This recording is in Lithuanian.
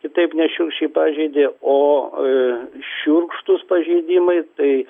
kitaip nešiurkščiai pažeidė o ir šiurkštūs pažeidimai tai